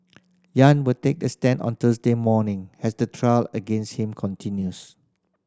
yang will take the stand on Thursday morning as the trial against him continues